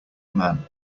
man